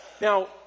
Now